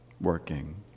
working